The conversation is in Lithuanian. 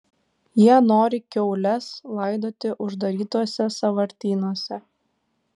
jie nori kiaules laidoti uždarytuose sąvartynuose